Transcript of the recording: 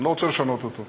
אני לא רוצה לשנות אותו,